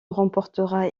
remportera